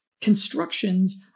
constructions